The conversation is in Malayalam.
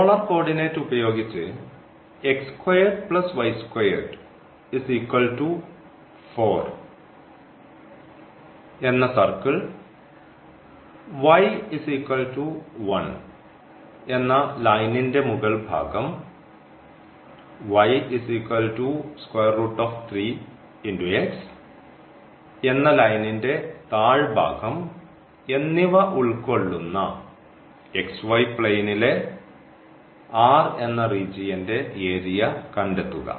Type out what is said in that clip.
പോളാർ കോർഡിനേറ്റ് ഉപയോഗിച്ച് എന്ന സർക്കിൾ എന്ന ലൈനിൻറെ മുകൾ ഭാഗം എന്ന ലൈനിൻറെ താഴ്ഭാഗം എന്നിവ ഉൾക്കൊള്ളുന്ന പ്ലെയ്ൻനിലെ R എന്ന റീജിയൻറെ ഏരിയ കണ്ടെത്തുക